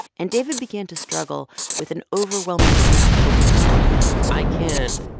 and david began to struggle with an overwhelming sense of hopelessness i can't,